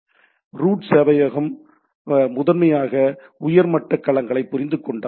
எனவே ரூட் சேவையகம் முதன்மையாக உயர் மட்ட களங்களை புரிந்து கொண்டால்